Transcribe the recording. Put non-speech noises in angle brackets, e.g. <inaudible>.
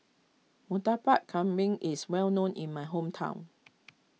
Murtabak Kambing is well known in my hometown <noise>